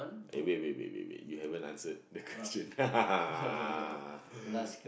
eh wait wait wait wait you haven't answered the question